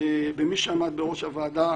במי שעמד בראש הוועדה.